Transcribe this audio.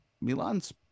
Milan's